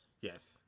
Yes